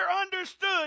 understood